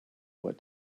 what